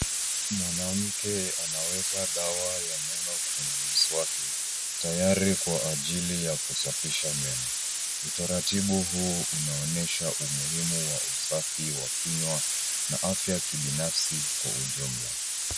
Mwanamke anaweka dawa ya meno kwenye mswaki tayari kwa ajili ya kusafisha meno. Utarartibu huu unaonyesha umuhimu wa usafi wa kinywa na afya ya kibinafsi kwa ujumla.